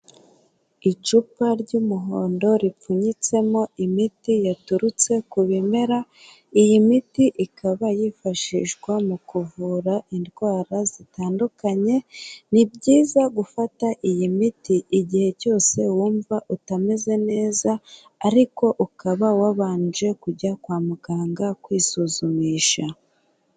Icupa ry'umuhondo ripfunyitsemo imiti yaturutse ku bimera, iyi miti ikaba yifashishwa mu kuvura indwara zitandukanye, ni byiza gufata iyi miti igihe cyose wumva utameze neza, ariko ukaba wabanje kujya kwa muganga kwisuzumisha.